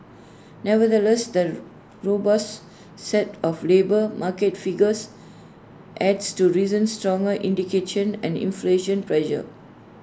nevertheless the robust set of labour market figures adds to recent stronger and inflation pressure